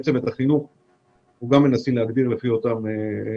את החינוך אנחנו גם מנסים להגדיר לפי קריטריונים,